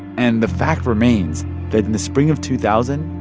and the fact remains that, in the spring of two thousand,